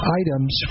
items